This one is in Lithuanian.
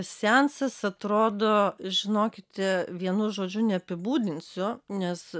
seansas atrodo žinokite vienu žodžiu neapibūdinsiu nes